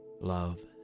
love